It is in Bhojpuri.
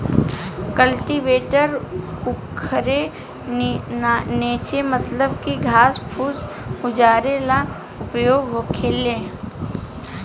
कल्टीवेटर उखारे नोचे मतलब की घास फूस उजारे ला उपयोग होखेला